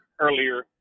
earlier